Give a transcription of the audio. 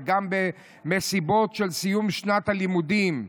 וגם במסיבות של סיום שנת הלימודים,